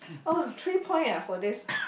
oh three point ah for this